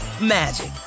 magic